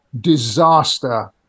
disaster